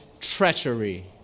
treachery